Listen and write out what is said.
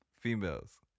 Females